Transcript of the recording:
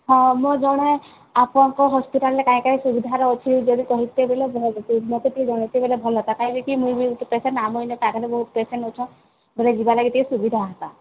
ହଁ ମୋର୍ ଜଣେ ଆପଣଙ୍କର୍ ହସ୍ପିଟାଲ୍ରେ କାଏଁ କାଏଁ ସୁବିଧାରେ ଅଛେ ଯଦି କହେତେ ବେଲେ ଭଲ୍ ମତେ ଟିକେ ଜଣାତେ ବେଲେ ଭଲ୍ ହେତା କାଏଁଯେ କି ମୁଇଁ ବି ଗୁଟେ ପେସେଣ୍ଟ୍ ଆମର୍ ଇନ୍କେ ପାଖେ ବି ବହୁତ୍ ପେସେଣ୍ଟ୍ ଅଛନ୍ ବେଲେ ଯିବାର୍ ଲାଗି ଟିକେ ସୁବିଧା ହେତା